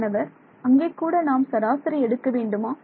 மாணவர் அங்கே கூட நாம் சராசரி எடுக்க வேண்டுமா